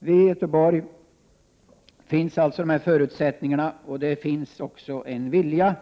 I Göteborg finns alltså både dessa förutsättningar och en vilja.